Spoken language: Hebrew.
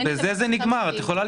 ובזה זה נגמר.